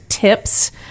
Tips